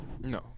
No